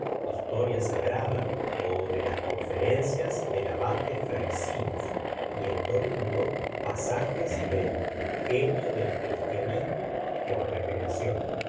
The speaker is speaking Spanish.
historia sagrada ó las conferencias del abate frayssinous y el domingo pasajes del genio del cristianismo por recreación